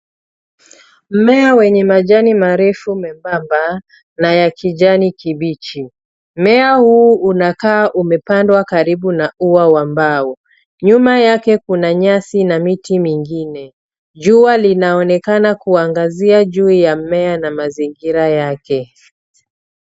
Mmea wenye majani marefu membamba na ya kijani kibichi. Mmea huu unakaa umepandwa karibu na ua wa mbao. Nyuma yake kuna nyasi na miti mingine. Jua linaonekana kuangazia juu ya mmea na mazingira yake.